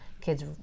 kids